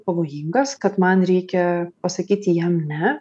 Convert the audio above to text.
pavojingas kad man reikia pasakyti jam ne